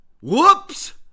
Whoops